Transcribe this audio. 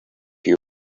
you